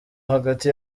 hagati